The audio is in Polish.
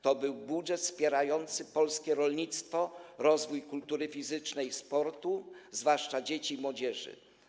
To był budżet wspierający polskie rolnictwo, rozwój kultury fizycznej i sportu, zwłaszcza jeśli chodzi o dzieci i młodzież.